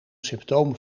symptomen